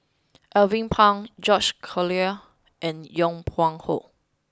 Alvin Pang George Collyer and Yong Pung How